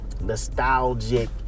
nostalgic